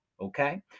Okay